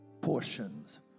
portions